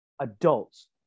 adults